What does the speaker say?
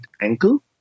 ankle